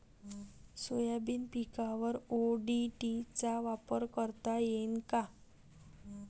Soybean पिकावर ODT चा वापर करता येईन का?